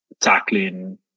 tackling